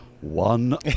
one